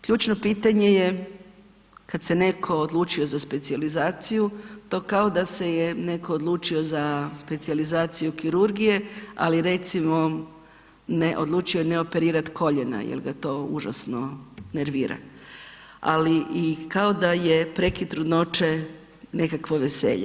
Ključno pitanje je kad se netko odlučio za specijalizaciju to kao da se je netko odlučio za specijalizaciju kirurgije, ali recimo ne, odlučio je ne operirat koljena jel ga to užasno nervira, ali i kao da je prekid trudnoće nekakvo veselje.